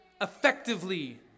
effectively